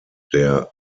der